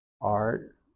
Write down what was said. art